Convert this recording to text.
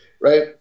right